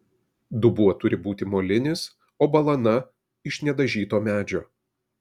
dubuo turi būti molinis o balana iš nedažyto medžio